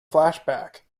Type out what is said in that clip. flashback